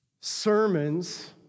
Sermons